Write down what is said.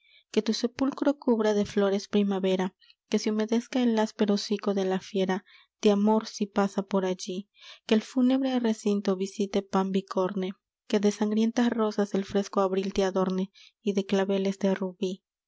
que tu sepulcro cubra de flores primavera que se humedezca el áspero hocico de la fiera de amor si pasa por allí que el fúnebre recinto visite pan bicorne que de sangrientas rosas el fresco abril te adorne y de claveles de rubí